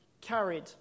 carried